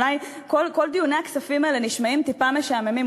שאולי כל דיוני הכספים האלה נשמעים טיפה משעממים,